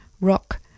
Rock